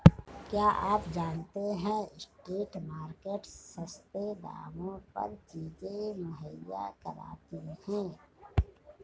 क्या आप जानते है स्ट्रीट मार्केट्स सस्ते दामों पर चीजें मुहैया कराती हैं?